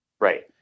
Right